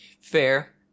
fair